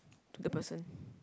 to the person